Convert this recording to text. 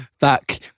back